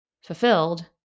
fulfilled